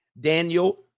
Daniel